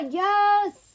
yes